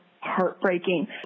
heartbreaking